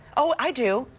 oh, i do.